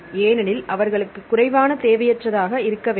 ஏனெனில் அவர்களுக்கு குறைவான தேவையற்றதாக இருக்க வேண்டும்